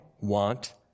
want